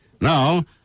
Now